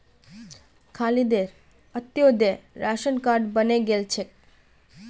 खालिदेर Antyodaya ration card बने गेल छेक